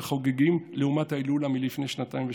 החוגגים לעומת ההילולה לפני שנתיים ושלוש.